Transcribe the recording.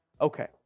Okay